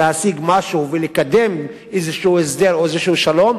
להשיג משהו ולקדם איזשהו הסדר או איזשהו שלום,